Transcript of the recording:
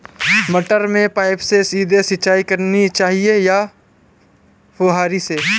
मटर में पाइप से सीधे सिंचाई करनी चाहिए या फुहरी से?